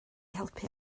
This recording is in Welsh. helpu